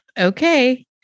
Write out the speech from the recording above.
okay